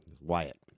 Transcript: Wyatt